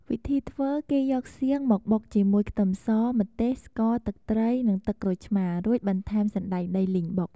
វិធីធ្វើ គេយកសៀងមកបុកជាមួយខ្ទឹមស ម្ទេស ស្ករ ទឹកត្រី និងទឹកក្រូចឆ្មារ រួចបន្ថែមសណ្ដែកដីលីងបុក។